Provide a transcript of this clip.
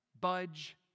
budge